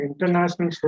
international